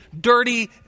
dirty